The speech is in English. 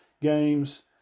games